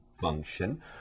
function